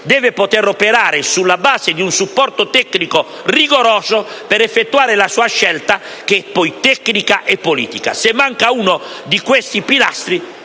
deve poter operare sulla base di un supporto tecnico rigoroso per effettuare la sua scelta, che poi è tecnica e politica. Se manca uno di questi pilastri,